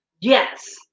yes